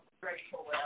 grateful